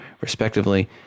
respectively